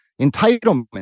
entitlement